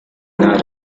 not